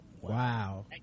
Wow